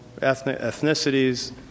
ethnicities